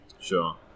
sure